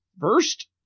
first